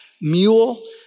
mule